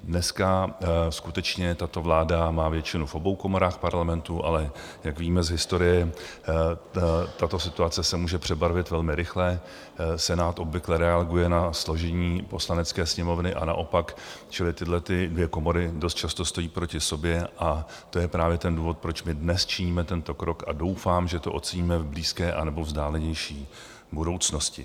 Dneska skutečně tato vláda má většinu v obou komorách Parlamentu, ale jak víme z historie, tato situace se může přebarvit velmi rychle, Senát obvykle reaguje na složení Poslanecké sněmovny a naopak, čili tyhlety dvě komory dost často stojí proti sobě, a to je právě ten důvod, proč my dnes činíme tento krok, a doufám, že to oceníme v blízké anebo vzdálenější budoucnosti.